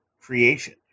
creation